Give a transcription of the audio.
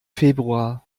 februar